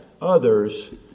others